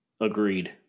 Agreed